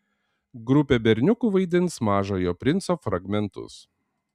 grupė berniukų vaidins mažojo princo fragmentus